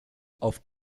auf